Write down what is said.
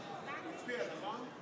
לא הצביע ומעוניין להצביע?